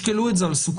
תשקלו את זה על סוכות.